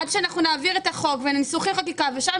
עד שנעביר את החוק וניסוחי חקיקה ושם